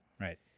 right